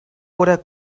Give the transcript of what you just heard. oder